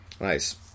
Nice